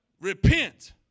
repent